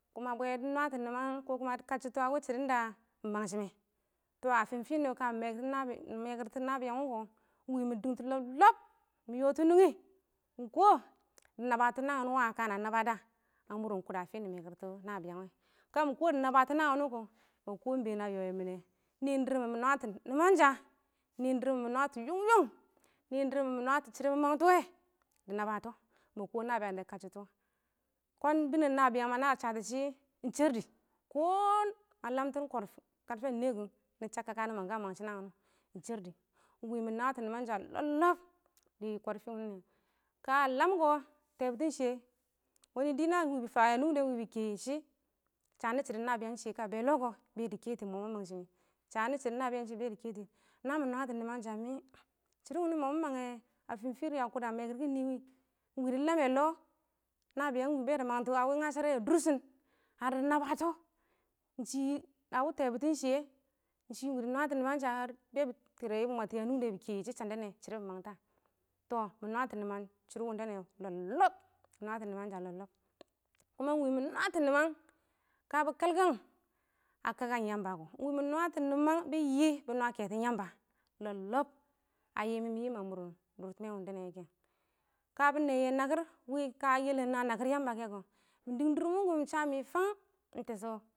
Kuma bwɛ dɪ nwatɔ nɪman kɔ kuma dɪ kachutɔ shɪdɔn da mɪ mangshɪmɛ, tɔ a fɪn fɪ nɪ nɛ, kamɪ mekɪrtɔ nabɪyang wʊ kɔ ɪng wɪ mɪ dɪngtʊ lɔb lɔb, mɪ yɔ tɔ nungi ɪng kɔ dɪ nabatɔ naan wɪnɪ wa ka na naba da a mʊrnɪn kʊda, fɪ nɪ mɛkɪrtɔ nabɪyang wɛ, kamɪ kɔ dɪ naba tɔ naan wʊnɪ kɔ, ma kɔ been a yɔ yɪ mɪnɛ nɪɪn dɪrmɪn, mɪ nwatɔ nɪmangshang nɪɪn dɪɪr mɪn mɪ nwatɔ yʊng-yʊng nɪɪn dɪrmɪn mɪ nwatɔ shɪdɔ mɪ mang tɔ wɪ dɪ nabatɔ makɔ nahɪyang dɪ kachʊtɔ, kɔn binəng nabɪyang nadɪ shatɔ shɪ, ɪng shɛrdɪ kɔ ma lamtɪn karfɛ ɪng nɛkʊ ɪn shɛrɪdɪ ɪng wɪ mɪ nwatɔ nɪmansha lɔb-lɔb. binəng ɪng wɪ bɪ fayɛ a nungdə, be kɛ yɪ shɪ shanɪ shɪdo nabɪyang shɪyɛ, kashɪ be lɔ kɔ, be dɪ kɛtʊ shɪdɔ ɪng mɔ ma manghshɪmɪ shɪ shɪdo nabɪyang shɪye dɪ kɛshɪ kɪ namɪ nwatɔ nɪmasha mɪ shɪdɔ wɪnɪ ma mang a kʊdan mekɪr kɪn nɪwɪ dɪ lamɛ lɔ wa? nabɪyang ɪng wɪ be dɪ mang ngasharɛ a durshɪn ar dɪ nabatɔ ɪng wɪ tɛbɪtɪn shɪyɛ dɪ nwatɔ nɪmansha ar be kuma bɪ mwatɔyɛ a nungdə kɛ bɪ kɛ yɪ shɪ shandɛ nɛ shɪdɔ bɪ mangtɔ mɪ nwatɔ nɪma shɪdɔ wɪnɪ wɔ lɔblɔb mɪ nwatɔ nɪmansa lɔb-lɔb kɔn mɪ nwatɔ nɪma kabɪ, kalkang a kakang Yamba kɔ, ɪng wɪ nwatɔ nɪma bɪ yɪ bɪ nwa kɛtɔn Yamba lɔb-lɔb a yiim mɪ mɪ yɪm a mʊr dʊrtɪmɛ wɪndɛ, kɛ kabɪ nɛɪyɛ nakɪr wɪ ka yɛlɛm wɪ nakir Yamba kɛ kɔ mɪ dɪng dʊrmɪn mɪ sha mɪ fang ɪng tɛshʊ.